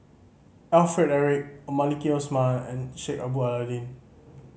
Alfred Eric Maliki Osman and Sheik Alau'ddin